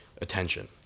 attention